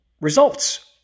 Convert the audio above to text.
results